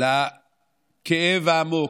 לכאב העמוק,